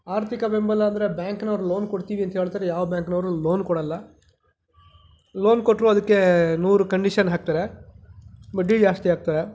ಆರ್ಥಿಕ ಬೆಂಬಲ ಅಂದರೆ ಬ್ಯಾಂಕ್ನವರು ಲೋನ್ ಕೊಡ್ತೀವಿ ಅಂತ ಹೇಳ್ತಾರೆ ಯಾವ ಬ್ಯಾಂಕ್ನವರು ಲೋನ್ ಕೊಡಲ್ಲ ಲೋನ್ ಕೊಟ್ಟರೂ ಅದಕ್ಕೆ ನೂರು ಕಂಡೀಷನ್ ಹಾಕ್ತಾರೆ ಬಡ್ಡಿ ಜಾಸ್ತಿ ಹಾಕ್ತಾರೆ